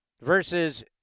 versus